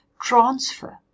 transfer